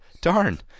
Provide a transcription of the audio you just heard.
darn